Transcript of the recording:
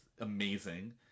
amazing